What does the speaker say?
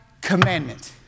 commandment